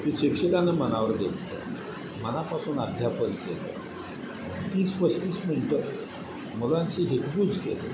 की शिक्षकानं मनावर घेतलं मनापासून अध्यापन केलं तीस पस्तीस मिनटं मुलांशी हितगुज केलं